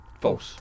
False